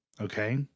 okay